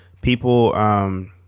people